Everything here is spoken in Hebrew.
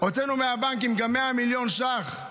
הוצאנו מהבנקים גם 100 מיליון שקלים